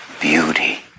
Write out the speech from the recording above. beauty